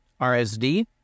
RSD